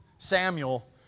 Samuel